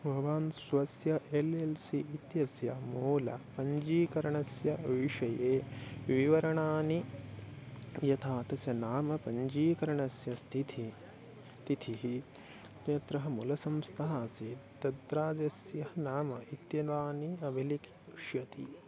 भवान् स्वस्य L L C इत्यस्य मूलपञ्जीकरणस्य विषये विवरणानि यथा तस्य नाम पञ्जीकरणस्य स्थितिः तिथिः इत्यत्र मूलसंस्था आसीत् तद्राजस्य नाम इत्येतानि अभिलिखिष्यति